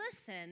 listen